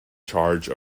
charge